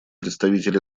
представитель